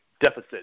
Deficit